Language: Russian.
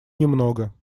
немного